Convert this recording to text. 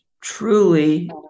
truly